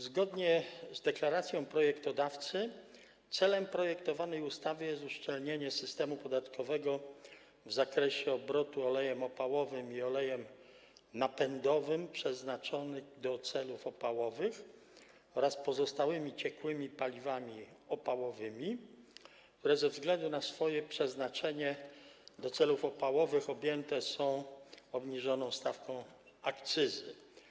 Zgodnie z deklaracją projektodawcy celem projektowanej ustawy jest uszczelnienie systemu podatkowego w zakresie obrotu olejem opałowym i olejem napędowym przeznaczonymi do celów opałowych oraz pozostałymi ciekłymi paliwami opałowymi, które ze względu na swoje przeznaczenie do celów opałowych objęte są obniżoną stawką akcyzy.